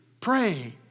Pray